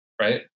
right